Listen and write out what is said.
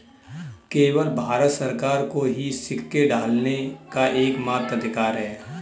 केवल भारत सरकार को ही सिक्के ढालने का एकमात्र अधिकार है